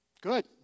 Good